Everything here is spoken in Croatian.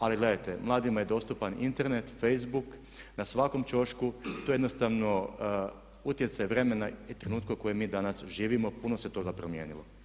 Ali gledajte, mladima je dostupan Internet, facebook na svakom ćošku, to je jednostavno utjecaj vremena i trenutka u kojem mi danas živimo, puno se toga promijenilo.